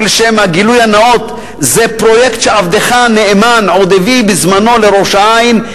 רק לשם הגילוי הנאות: זה פרויקט שעבדך הנאמן עוד הביא בזמנו לראש-העין.